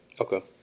Okay